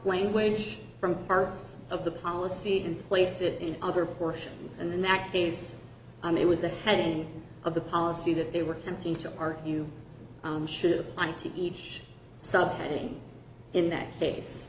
language from parts of the policy and place it in other portions and in that case it was the heading of the policy that they were tempting to are you should apply to each sub heading in that case